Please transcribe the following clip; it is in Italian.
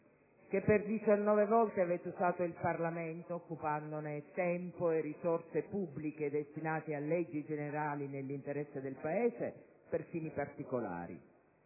che per 19 volte avete usato il Parlamento, occupandone il tempo e risorse pubbliche destinate a leggi generali nell'interesse del Paese, per fini particolari;